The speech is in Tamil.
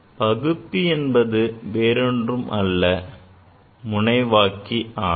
பகுப்பி என்பது வேறொன்றும் அல்ல முனைவாக்கி ஆகும்